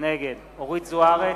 נגד אורית זוארץ,